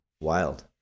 wild